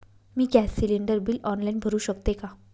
मी gas cylinder bill online भरु शकते का?